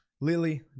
Lily